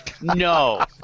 no